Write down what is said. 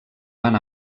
van